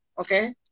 Okay